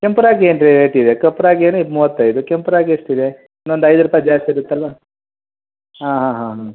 ಕೆಂಪು ರಾಗಿ ಏನು ರೇಟ್ ಇದೆ ಕಪ್ಪು ರಾಗಿ ಏನು ಇದು ಮೂವತ್ತೈದು ಕೆಂಪು ರಾಗಿ ಎಷ್ಟಿದೆ ಇನ್ನೊಂದು ಐದು ರೂಪಾಯಿ ಜಾಸ್ತಿ ಇರುತ್ತಲ್ವ ಹಾಂ ಹಾಂ ಹಾಂ ಹಾಂ